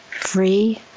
Free